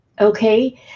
Okay